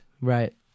Right